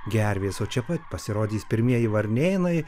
gervės o čia pat pasirodys pirmieji varnėnai